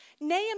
Nehemiah